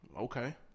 Okay